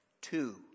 Two